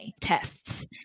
tests